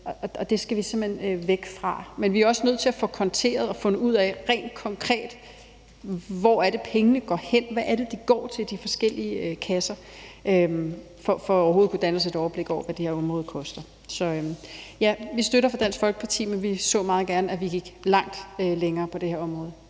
og det skal vi simpelt hen væk fra. Men vi er også nødt til at få konteret det og fundet ud af helt konkret, hvor det er, pengene går hen, og hvad det er, de går til i de forskellige kasser, for overhovedet at kunne danne os et overblik over, hvad det her område koster. Vi støtter forslaget fra Dansk Folkepartis side, men vi så meget gerne, at vi gik meget længere på det her område.